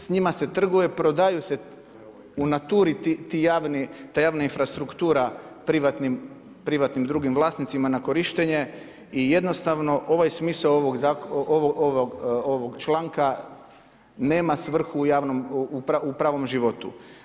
S njima se trguje, prodaju se u naturi ta javna infrastruktura privatnim drugim vlasnicima na korištenje i jednostavno ovaj smisao ovoga članka nema svrhu u pravom životu.